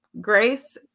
grace